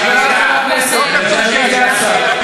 סגן השר --- המשך דיון.